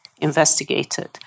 investigated